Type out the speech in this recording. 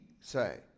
say